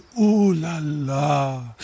ooh-la-la